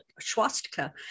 swastika